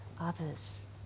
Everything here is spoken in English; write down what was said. others